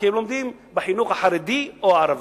כי הם לומדים בחינוך החרדי או הערבי,